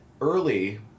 early